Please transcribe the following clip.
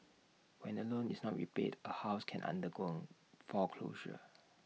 when A loan is not repaid A house can undergo foreclosure